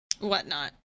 whatnot